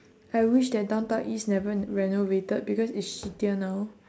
I wish that downtown east never renovated because it's shittier now